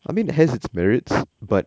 I mean it has it's merits but